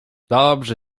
dobrzy